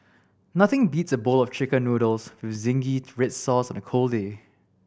nothing beats a bowl of Chicken Noodles with zingy red sauce on a cold day